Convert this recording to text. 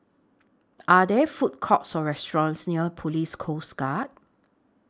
Are There Food Courts Or restaurants near Police Coast Guard